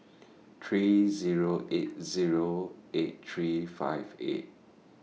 three Zero eight Zero eight three five eight